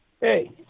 Hey